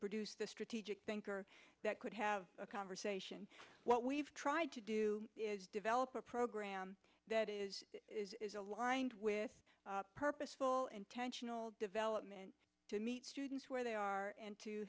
produce the strategic thinker that could have a conversation what we've tried to do is develop a program that is aligned with purposeful intentional development to meet students where they are and to